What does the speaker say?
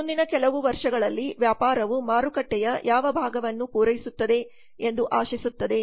ಮುಂದಿನ ಕೆಲವು ವರ್ಷಗಳಲ್ಲಿ ವ್ಯಾಪಾರವು ಮಾರುಕಟ್ಟೆಯ ಯಾವ ಭಾಗವನ್ನು ಪೂರೈಸುತ್ತದೆ ಎಂದು ಆಶಿಸುತ್ತದೆ